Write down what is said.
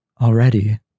already